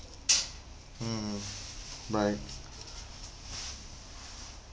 mm right